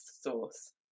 source